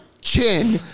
chin